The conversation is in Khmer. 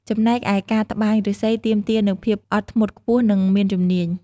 ចំណែកឯការត្បាញឫស្សីទាមទារនូវភាពអត់ធ្មត់ខ្ពស់ និងមានជំនាញ។